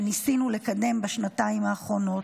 שניסינו לקדם בשנתיים האחרונות".